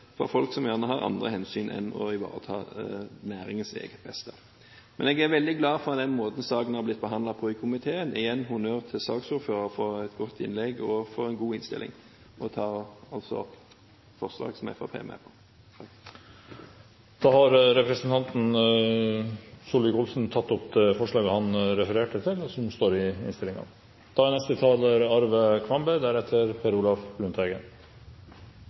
folk som gjerne har andre hensyn enn å ivareta næringens egne interesser. Men jeg er veldig glad for måten saken er blitt behandlet på i komiteen – igjen honnør til saksordføreren for et godt innlegg og for en god innstilling. Jeg tar opp det forslaget som Fremskrittspartiet er med på. Da har representanten Ketil Solvik-Olsen tatt opp det forslaget han refererte til, og som står i